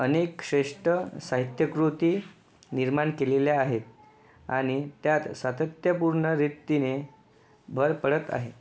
अनेक श्रेष्ठ साहित्यकृती निर्माण केलेल्या आहेत आणि त्यात सातत्यपूर्ण रीतीने भर पडत आहे